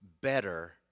better